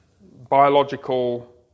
biological